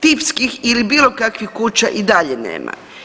Tipskih ili bilo kakvih kuća i dalje nema.